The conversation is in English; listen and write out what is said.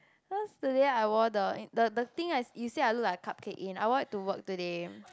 cause the they I wore the the the thing ah you say I look like a cupcake in I wore it to work today